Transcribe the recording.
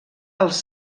als